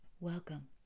Welcome